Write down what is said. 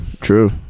true